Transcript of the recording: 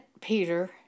Peter